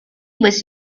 was